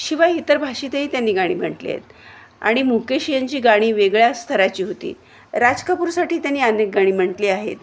शिवाय इतर भाषेतही त्यांनी गाणी म्हटली आहेत आणि मुकेश यांंची गाणी वेगळ्या स्तराची होती राज कपूरसाठी त्यांनी अनेक गाणी म्हटली आहेत